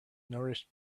nourished